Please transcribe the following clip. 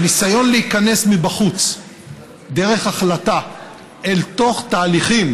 הניסיון להיכנס מבחוץ דרך החלטה אל תוך תהליכים